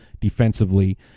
defensively